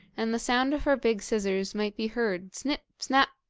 and the sound of her big scissors might be heard snip! snap!